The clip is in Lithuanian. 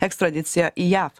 ekstradiciją į jav